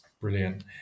Brilliant